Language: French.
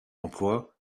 d’emploi